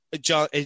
John